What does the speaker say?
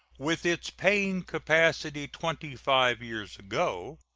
with its paying capacity twenty-five years ago,